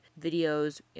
videos